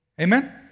Amen